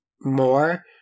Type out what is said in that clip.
more